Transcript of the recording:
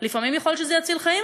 לפעמים יכול להיות שזה יציל חיים,